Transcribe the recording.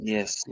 Yes